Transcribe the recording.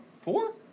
Four